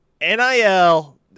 NIL